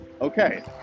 Okay